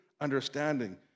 understanding